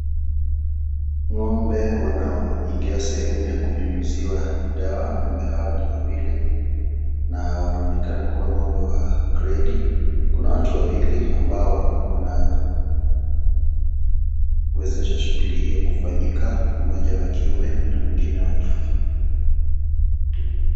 Ng'ombe wanaoingia sehemu ya kunyunyuziwa dawa. Ng'ombe hawa ni wawili, na wanaonekana kuwa wa gredi. Kuna watu wawili, ambao wanawezesha shughuli hiyo kufanyika, mmoja wa kiume, na mwingine wa kike.